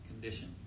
condition